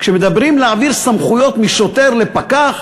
כשמדברים על להעביר סמכויות משוטר לפקח